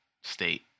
state